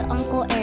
Uncle